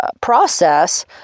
process